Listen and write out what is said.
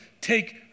take